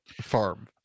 farm